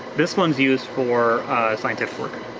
this one's used for scientific work.